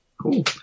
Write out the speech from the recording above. cool